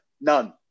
None